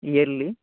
yearly